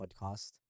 podcast